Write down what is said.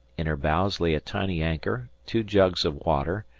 in her bows lay a tiny anchor, two jugs of water,